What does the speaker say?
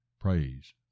praise